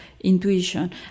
intuition